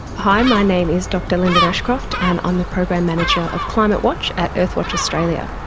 hi, my name is dr linden ashcroft and i'm the program manager of climatewatch at earthwatch australia.